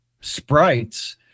sprites